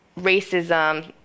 racism